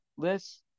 list